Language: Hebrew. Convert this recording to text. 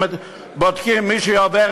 בודקים מי שעובר,